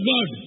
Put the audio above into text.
God